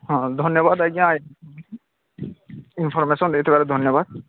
ହଁ ଧନ୍ୟବାଦ ଆଜ୍ଞା ଇନ୍ଫରମେସନ ଦେଇଥିବାରୁ ଧନ୍ୟବାଦ